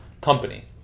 company